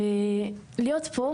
ולהיות פה,